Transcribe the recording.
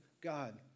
God